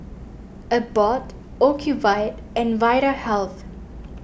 Abbott Ocuvite and Vitahealth